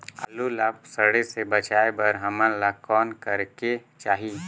आलू ला सड़े से बचाये बर हमन ला कौन करेके चाही?